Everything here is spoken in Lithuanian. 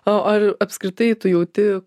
o ar apskritai tu jauti